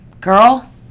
girl